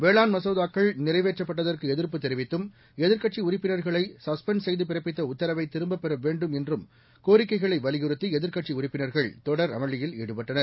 வேளாண் மசோதாக்கள் நிறைவேற்றப்பட்டதற்கு எதிர்ப்பு தெரிவித்தும் எதிர்க்கட்சி உறுப்பினர்களை சஸ்பெண்ட் செய்து பிறப்பித்த உத்தரவை திரும்பப்பெற வேண்டும் உள்ளிட்ட கோரிக்கைகளை வலியுறுத்தி எதிர்க்கட்சி உறுப்பினர்கள் தொடர் அமளியில் ஈடுபட்டனர்